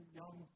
young